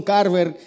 Carver